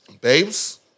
babes